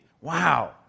Wow